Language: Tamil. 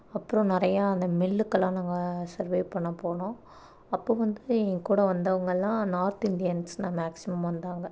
அப்புறம் நிறையா அந்த மெல்லுக்கெல்லாம் நாங்கள் சர்வே பண்ண போனோம் அப்போ வந்து ஏங்கூட வந்தவங்கள்லாம் நார்த் இந்தியன்ஸ் தான் மேக்ஸிமம் வந்தாங்க